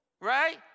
right